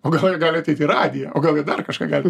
o gal jie gali ateit į radiją o gal į dar kažką gali